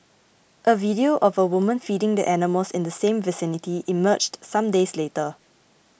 a video of a woman feeding the animals in the same vicinity emerged some days later